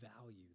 value